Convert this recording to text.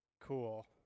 Cool